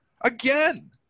again